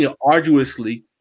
arduously